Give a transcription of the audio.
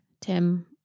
Tim